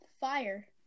fire